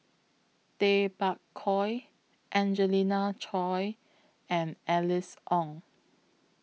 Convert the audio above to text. Tay Bak Koi Angelina Choy and Alice Ong